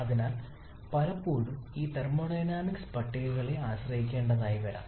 അതിനാൽ പലപ്പോഴും ഈ തെർമോഡൈനാമിക് പട്ടികകളെ ആശ്രയിക്കേണ്ടി വന്നേക്കാം